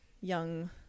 young